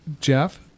Jeff